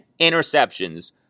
interceptions